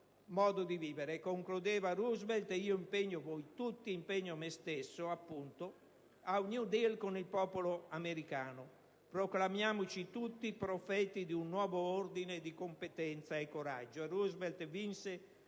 Concludeva Roosevelt: «Io impegno voi tutti, impegno me stesso a un *New Deal* con il popolo americano. Proclamiamoci tutti profeti di un nuovo ordine di competenza e coraggio».